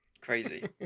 crazy